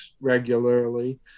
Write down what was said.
regularly